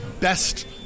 best